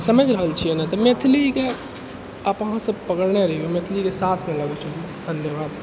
समझि रहल छियै ने तऽ मैथिलीके आब अहाँसभ पकड़ने रहियौ मैथिलीके साथमे लऽ के चलियौ धन्यवाद